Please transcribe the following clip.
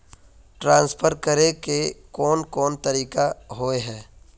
Transfer करे के कोन कोन तरीका होय है?